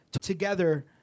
together